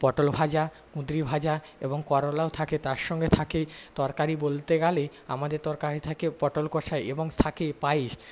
পটল ভাজা কুদরি ভাজা এবং করলাও থাকে তার সঙ্গে থাকে তরকারি বলতে গেলে আমাদের তরকারি থাকে পটল কষা এবং থাকে পায়েস